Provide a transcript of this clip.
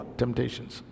temptations